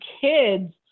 kids